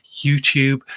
YouTube